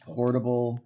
Portable